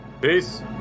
Peace